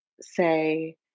say